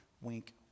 Wink